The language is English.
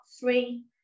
three